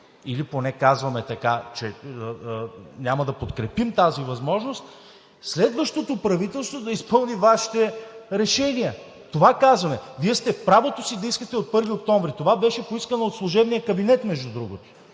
или поне казваме, че няма да подкрепим тази възможност, следващото правителство да изпълни Вашите решения. Това казваме. Вие сте в правото си да искате от 1 октомври и това между другото беше поискано от служебния кабинет. Сега